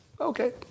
Okay